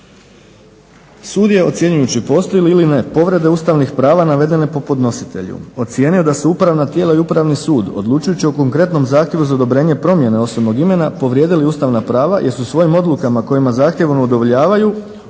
sud je ocjenjujući postoji li ili ne povrede ustavnih prava navedene po podnositelju ocijenio da su upravna tijela i Upravni sud odlučujući o konkretnom zahtjevu za odobrenje promjene osobnog imena povrijedili ustavna prava jer su svojim odlukama kojima zahtjevno ne udovoljavaju